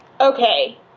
Okay